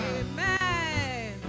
amen